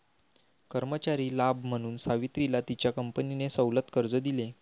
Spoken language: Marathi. कर्मचारी लाभ म्हणून सावित्रीला तिच्या कंपनीने सवलत कर्ज दिले